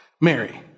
Mary